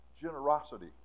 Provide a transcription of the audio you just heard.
generosity